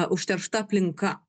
užteršta aplinka